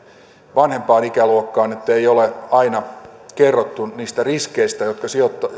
vanhempaan ikäluokkaan ettei ole aina kerrottu niistä riskeistä joita